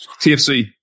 TFC